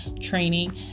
training